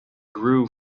grew